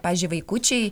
pavyzdžiui vaikučiai